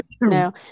no